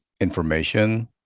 information